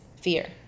fear